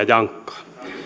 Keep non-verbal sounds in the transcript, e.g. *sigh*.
*unintelligible* jankkaa